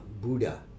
Buddha